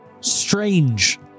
strange